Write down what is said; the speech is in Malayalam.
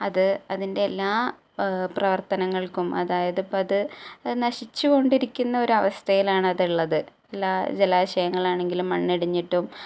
അത് അതിൻ്റെ എല്ലാ പ്രവർത്തനങ്ങൾക്കും അതായത് ഇപ്പോഴതു നശിച്ചുകൊണ്ടിരിക്കുന്നൊരവസ്ഥയിലാണ് അതുള്ളത് എല്ലാ ജലാശയങ്ങളാണെങ്കിലും മണ്ണിടിഞ്ഞിട്ടും